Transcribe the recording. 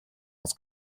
aus